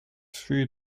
through